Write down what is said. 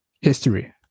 history